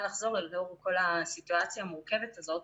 לחזור לאור כל הסיטואציה המורכבת הזאת.